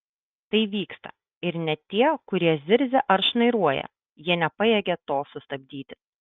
tai vyksta ir net tie kurie zirzia ar šnairuoja jie nepajėgia to sustabdyti